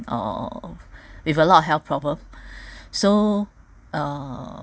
uh with a lot of health problems so uh